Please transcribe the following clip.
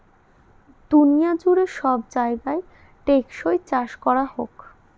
দুনিয়া জুড়ে সব জায়গায় টেকসই চাষ করা হোক